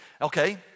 Okay